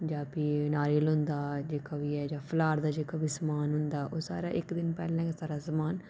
जां प्ही नारियल होंदा जां जेह्का बी ऐ फलाहार दा जेह्का बी समान होंदा ओह् सारा इक्क दिन पैह्लें गै सारा समान